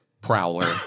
Prowler